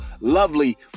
lovely